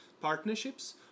partnerships